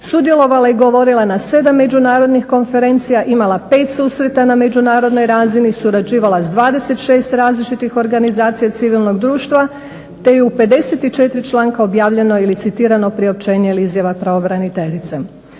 sudjelovala i govorila na 7 međunarodnih konferencija, imala pet susreta na međunarodnoj razini, surađivala sa 26 različitih organizacija civilnog društva te je u 54. članka objavljeno ili citirano priopćenje ili izjava pravobraniteljice.